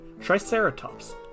Triceratops